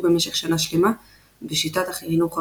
במשך שנה שלמה בשיטת החינוך הרגילה.